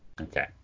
Okay